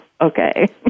Okay